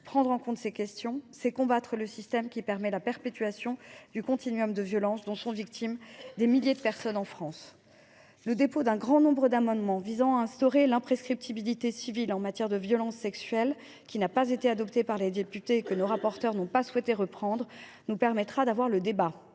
Prendre en compte ces questions, c’est combattre le système qui permet la perpétuation du des violences dont sont victimes des milliers de personnes en France. Le dépôt d’un grand nombre d’amendements visant à instaurer l’imprescriptibilité civile en matière de violences sexuelles, qui n’a pas été adoptée par les députés et que nos rapporteures n’ont pas souhaité rétablir, nous permettra de débattre